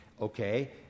okay